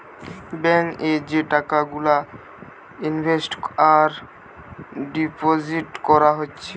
bank এ যে টাকা গুলা ইনভেস্ট আর ডিপোজিট কোরা হচ্ছে